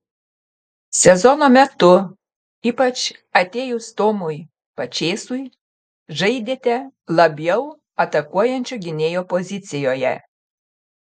sezono metu ypač atėjus tomui pačėsui žaidėte labiau atakuojančio gynėjo pozicijoje